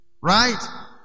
Right